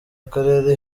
akarere